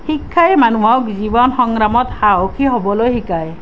শিক্ষাই মানুহক জীৱন সংগ্ৰামত সাহসী হ'বলৈ শিকায়